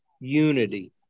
unity